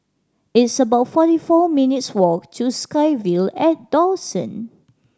it's about forty four minutes' walk to SkyVille at Dawson